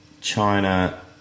china